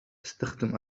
أستخدم